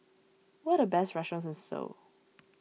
what are the best restaurants in Seoul